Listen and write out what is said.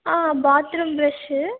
bathroom brush